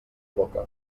boca